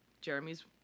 Jeremy's